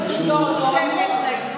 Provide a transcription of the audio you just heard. והם גם לא ביקשו לסגור אותו.